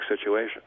situation